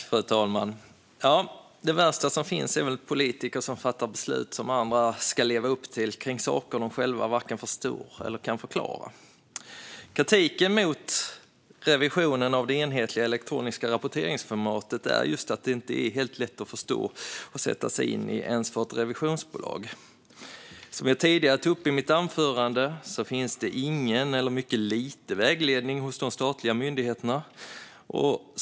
Fru talman! Det värsta som finns är väl politiker som fattar beslut som andra ska leva upp till om saker som de själva varken förstår eller kan förklara. Kritiken mot revisionen av det enhetliga elektroniska rapporteringsformatet är just att det inte är helt lätt att förstå och sätta sig in i, inte ens för ett revisionsbolag. Som jag tidigare tog upp i mitt anförande finns det ingen eller mycket lite vägledning hos de statliga myndigheterna.